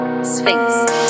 Sphinx